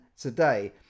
today